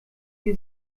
die